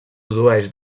produeix